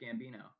Gambino